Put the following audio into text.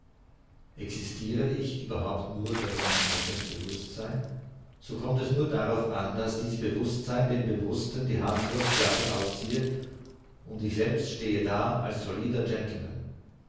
existiere ich überhaupt nur durch mein eignes bewußtsein so kommt es nur darauf an daß dies bewußtsein dem bewußten die hanswurstjacke ausziehe und ich selbst stehe da als solider gentleman